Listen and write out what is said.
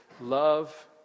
love